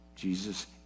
Jesus